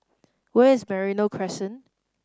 where is Merino Crescent